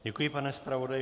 Děkuji, pane zpravodaji.